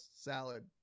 salad